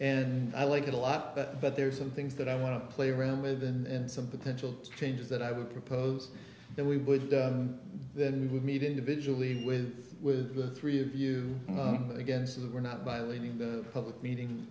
and i like it a lot but there are some things that i want to play around with and some potential changes that i would propose that we would then we would meet individually with with the three of you again some were not by leaving the public meeting